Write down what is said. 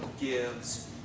gives